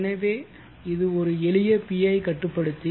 எனவே இது ஒரு எளிய PI கட்டுப்படுத்தி